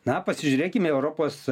na pasižiūrėkim į europos